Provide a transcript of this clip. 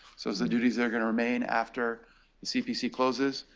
so it's the duties that are going to remain after the cpc closes.